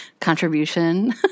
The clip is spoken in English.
contribution